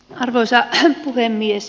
arvoisa puhemies